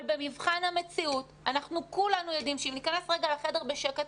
אבל במבחן המציאות אנחנו כולנו יודעים שאם ניכנס רגע לחדר בשקט,